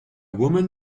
woman